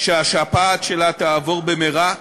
שהשפעת שלה תעבור במהרה.